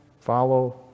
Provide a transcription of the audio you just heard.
follow